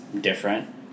different